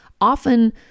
often